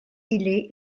ille